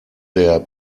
der